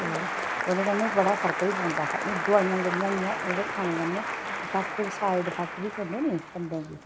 ते ओह्दे कन्नै बड़ा फर्क बी पौंदा हा एह् दवाइयां जेहड़ियां होंदियां हियां ओह्दे खाने कन्नै इफैक्ट साईड इफैक्ट बी पौंदे नी बंदे गी